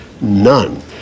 none